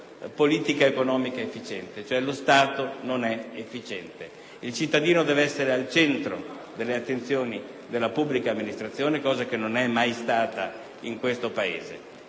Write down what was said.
una politica economica efficiente. In altre parole, lo Stato non è efficiente. Il cittadino deve essere al centro delle attenzioni della pubblica amministrazione, cosa che non è mai avvenuta in questo Paese.